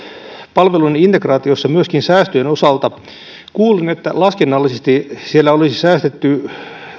palveluiden integraatiossa myöskin säästöjen osalta kuulin että laskennallisesti siellä olisi säästetty